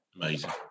Amazing